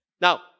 Now